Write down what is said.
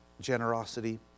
generosity